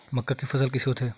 मक्का के फसल कइसे होथे?